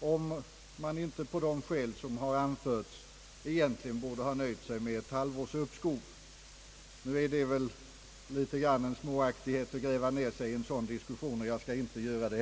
och om man inte på de skäl, som anförts, egentligen borde ha nöjt sig med ett halvt års uppskov. Det är kanske småaktigt att fördjupa sig i en sådan diskussion och jag skall heller inte göra det.